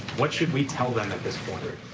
what should we tell them at this point? point?